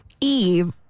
Eve